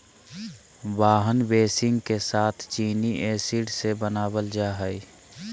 wine बेसींग के साथ चीनी एसिड से बनाबल जा हइ